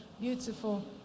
Beautiful